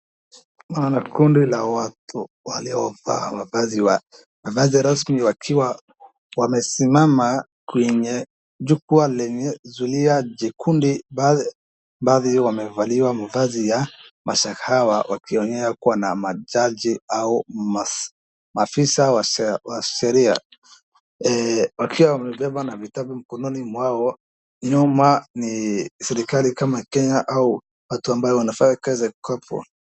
Naona kundi la watu waliovaa mavazi rasmi wakiwa wamesimama kwenye jukwaa lenye zulia jekundu. Baadhi wamevalia mavazi ya mashahawa wakionea kuwa ni majaji au maafisa wa sheria. Wakiwa wamebeba na vitabu mkononi mwao. Nyuma ni serikali kama Kenya au watu ambao wanafanya kazi ya kabwa.